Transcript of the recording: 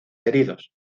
heridos